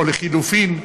או לחלופין,